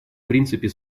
принципе